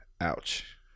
Ouch